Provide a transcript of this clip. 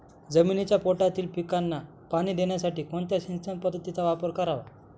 जमिनीच्या पोटातील पिकांना पाणी देण्यासाठी कोणत्या सिंचन पद्धतीचा वापर करावा?